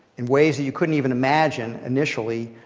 in ways that you couldn't even imagine initially,